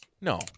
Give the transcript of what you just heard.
No